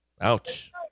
Ouch